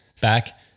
back